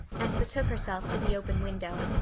and betook herself to the open window.